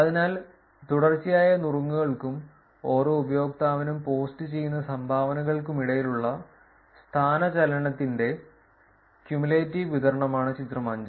അതിനാൽ തുടർച്ചയായ നുറുങ്ങുകൾക്കും ഓരോ ഉപയോക്താവിനും പോസ്റ്റുചെയ്യുന്ന സംഭാവനകൾക്കുമിടയിലുള്ള സ്ഥാനചലനത്തിന്റെ ക്യുമുലേറ്റീവ് വിതരണമാണ് ചിത്രം 5